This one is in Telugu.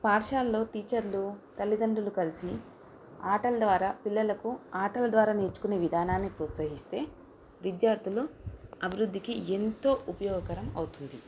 పాఠశాల్లో టీచర్లు తల్లిదండ్రులు కలిసి ఆటల ద్వారా పిల్లలకు ఆటల ద్వారా నేర్చుకునే విధానాన్ని ప్రోత్సహిస్తే విద్యార్థులు అభివృద్ధికి ఎంతో ఉపయోగకరం అవుతుంది